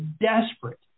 desperate